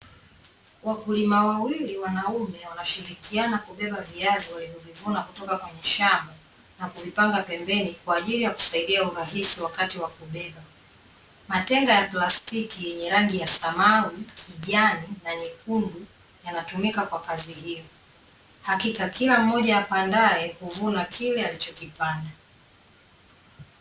Wakulima wawili wanaume wanashirikiana kubeba viazi walivovivuna kutoka kwenye shamba, na kuvipanga pembeni kwa ajili ya kusaidia urahisi wakati wa kubeba. Matenga ya plastiki yenye rangi ya samawi, kijani na nyekundu yanatumika kwa kazi hiyo. Hakika kila mmoja apandaye, huvuna kile alichokipanda.